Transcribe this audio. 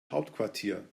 hauptquartier